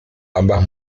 ambas